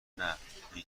نه، هیچ